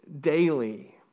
daily